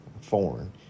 foreign